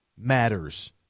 matters